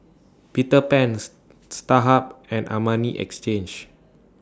Peter Pans Starhub and Armani Exchange